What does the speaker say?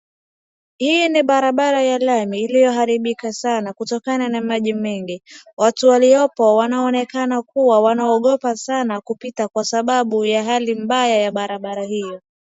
Hii ni barabara ya lami iliyoharibika sana kutokana na maji mengi, Watu waliopo wanaonekana kuwa, wanaogopa sana kupita kwa sababu ya hali mbaya ya barabara hiyo.